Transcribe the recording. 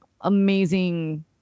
amazing